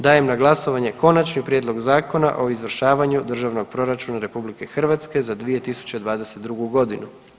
Dajem na glasovanje Konačni prijedlog Zakona o izvršavanju Državnog proračuna RH za 2022. godinu.